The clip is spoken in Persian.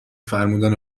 فرمودن